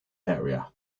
area